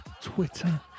Twitter